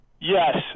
Yes